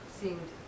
seemed